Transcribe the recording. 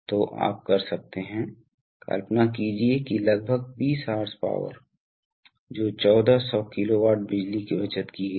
तो आपके पास रेगुलेटर् लुब्रिकेटर्स और वास्तव में फ़िल्टर हैं इसलिए आमतौर पर इन उपकरणों के कुछ विशिष्ट चित्र